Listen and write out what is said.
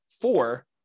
four